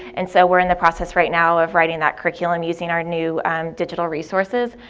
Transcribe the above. and so we're in the process right now of writing that curriculum, using our new digital resources.